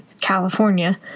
California